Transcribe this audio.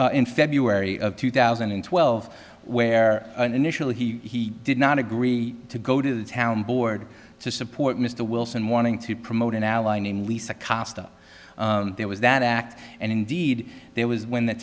in february of two thousand and twelve where initially he did not agree to go to the town board to support mr wilson wanting to promote an ally name lisa cost up there was that act and indeed there was when the